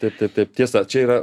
taip taip taip tiesa čia yra